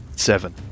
seven